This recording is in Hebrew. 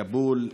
כבול,